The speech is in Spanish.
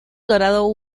dorado